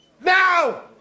Now